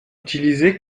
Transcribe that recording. utilisé